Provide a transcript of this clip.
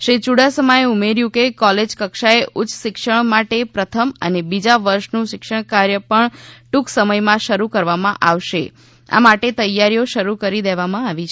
શ્રી યુડાસમાએ ઉમેર્યું કે કોલેજ કક્ષાએ ઉચ્ચશિક્ષણ માટે પ્રથમ અને બીજા વર્ષનું શૈક્ષણિક કાર્ય પણ ટૂંક સમયમાં શરૂ કરવામાં આવશે આ માટે તૈયારીઓ શરૂ કરી દેવામાં આવી છે